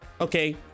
okay